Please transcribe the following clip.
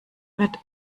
wird